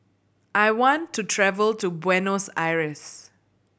I want to travel to Buenos Aires